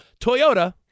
Toyota